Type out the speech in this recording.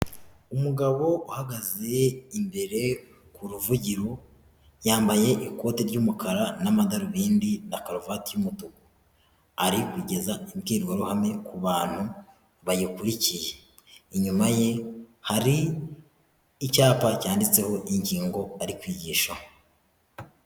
Umugabo uhagaze imbere ku ruvugiro, yambaye ikote ry'umukara n'amadarubindi na karuvati y'umutuku, ari kugeza imbwirwaruhame ku bantu bayikurikiye, inyuma ye hari icyapa cyanditseho ingingo ari kwigishaho.